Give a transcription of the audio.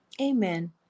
Amen